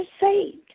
saved